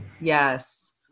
yes